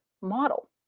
model